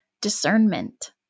Discernment